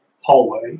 hallway